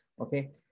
okay